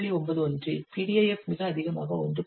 91 PDIF மிக அதிகமாக 1